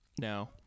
No